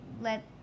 let